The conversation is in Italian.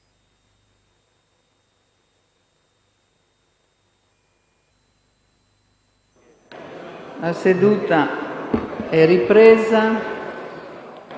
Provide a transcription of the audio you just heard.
la seduta è ripresa.